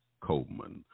Coleman